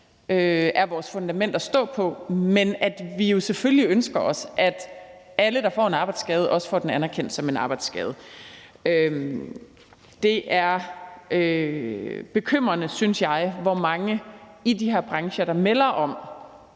er vores fundament at stå på, og at vi jo selvfølgelig ønsker os, at alle, der får en arbejdsskade, også får den anerkendt som en arbejdsskade. Det er bekymrende, synes jeg, hvor mange der i de her brancher melder om,